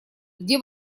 где